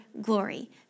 glory